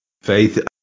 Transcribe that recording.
Faith